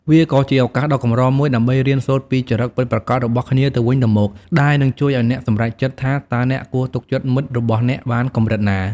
វាក៏ជាឱកាសដ៏កម្រមួយដើម្បីរៀនសូត្រពីចរិតពិតប្រាកដរបស់គ្នាទៅវិញទៅមក ដែលនឹងជួយឱ្យអ្នកសម្រេចចិត្តថា តើអ្នកគួរទុកចិត្តមិត្តរបស់អ្នកបានកម្រិតណា។